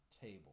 table